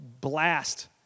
blast